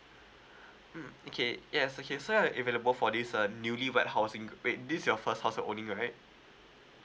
mm okay yes okay so you are available for this uh newly rehouse in~ wait this is your first house you owning right